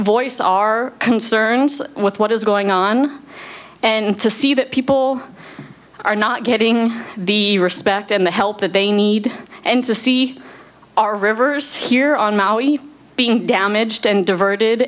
voice our concerns with what is going on and to see that people are not getting the respect and the help that they need and to see our rivers here on maui being damaged and diverted